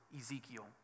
Ezekiel